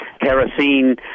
kerosene